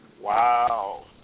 Wow